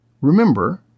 remember